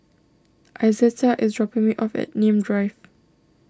Izetta is dropping me off at Nim Drive